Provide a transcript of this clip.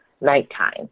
nighttime